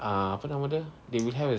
ah apa nama dia they will have a